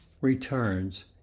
returns